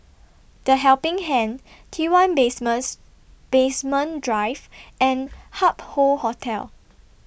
The Helping Hand T one Base Basement Drive and Hup Hoe Hotel